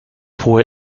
fue